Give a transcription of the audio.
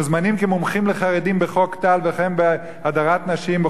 מוזמנים כמומחים לחרדים בחוק טל וכן בהדרת נשים,